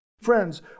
Friends